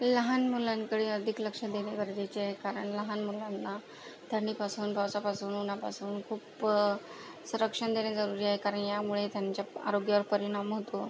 लहान मुलांकडे अधिक लक्ष देणे गरजेचे आहे कारण लहान मुलांना थंडीपासून पावसापासून उन्हापासून खूप संरक्षण देणे जरूरी आहे कारण यामुळे त्यांच्या आरोग्यावर परिणाम होतो